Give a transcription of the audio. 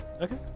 Okay